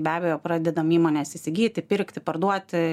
be abejo pradedam įmones įsigyti pirkti parduoti